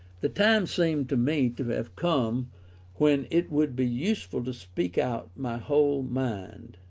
the time seemed to me to have come when it would be useful to speak out my whole mind